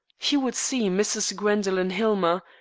he would see mrs. gwendoline hillmer,